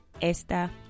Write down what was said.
esta